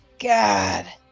God